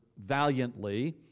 valiantly